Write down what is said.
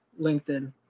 LinkedIn